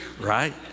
right